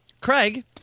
Craig